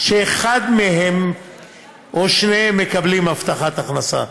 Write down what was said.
שאחד מהם או שניהם מקבלים הבטחת הכנסה.